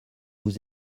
vous